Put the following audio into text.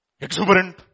exuberant